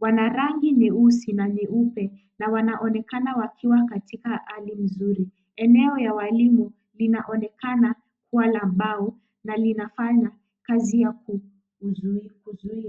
wana rangi nyeusi na nyeupe, na wanaonekana wakiwa katika hali nzuri. Eneo ya walimu linaonekana kuwa la mbao na linafanya kazi ya kuzuia.